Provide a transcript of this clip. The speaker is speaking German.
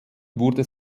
wurde